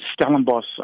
Stellenbosch